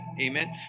amen